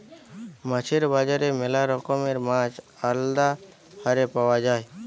মাছের বাজারে ম্যালা রকমের মাছ আলদা হারে পাওয়া যায়